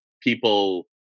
people